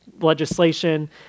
legislation